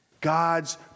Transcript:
God's